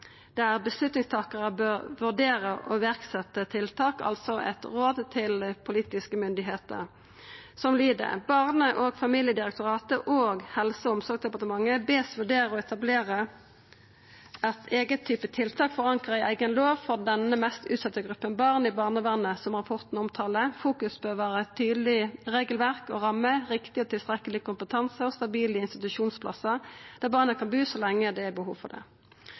bør vurdera å setja i verk tiltak – altså eit råd til politiske myndigheiter. Barne- og familiedirektoratet og Helse- og omsorgsdepartementet vert bedne om følgjande: «Vurdere å etablere et eget type tiltak forankret i egen lov for denne mest utsatte gruppen barn i barnevernet som rapporten omtaler. Fokus bør være på tydelig regelverk og rammer, riktig og tilstrekkelig kompetanse og stabile institusjonsplasser der barnet kan bo så lenge det har behov for det.»